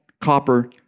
copper